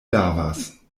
lavas